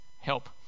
help